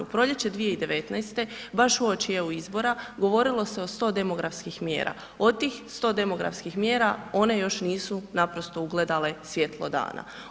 U proljeće 2019., baš uoči EU izbora govorilo se o 100 demografskih mjera, od tih 100 demografskih mjera one još nisu naprosto ugledale svijetlo dana.